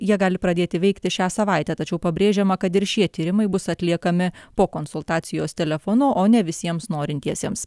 jie gali pradėti veikti šią savaitę tačiau pabrėžiama kad ir šie tyrimai bus atliekami po konsultacijos telefonu o ne visiems norintiesiems